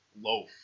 loaf